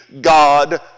God